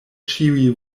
ĉiuj